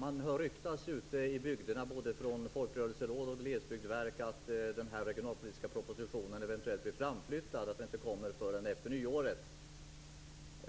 Man hör ryktas ute i bygderna både från folkrörelseråd och glesbygdsverk att den regionalpolitiska propositionen eventuellt blir framflyttad och inte kommer förrän efter nyåret.